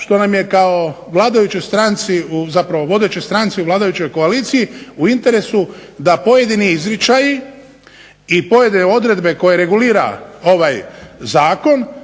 što nam je kao vodećoj stranci u vladajućoj koaliciji u interesu da pojedini izričaji i pojedine odredbe koje regulira ovaj zakon